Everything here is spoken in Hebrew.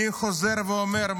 אני חוזר ואומר,